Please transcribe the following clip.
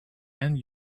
end